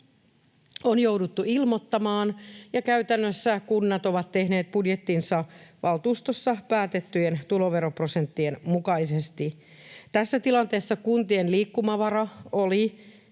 on jouduttu ilmoittamaan, ja käytännössä kunnat ovat tehneet budjettinsa valtuustoissa päätettyjen tuloveroprosenttien mukaisesti. Tässä tilanteessa kuntien liikkumavara on